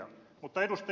mutta ed